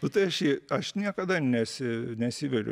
nu tai aš jį aš niekada nesi nesiveliu